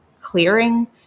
clearing